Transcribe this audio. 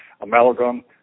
amalgam